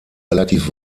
relativ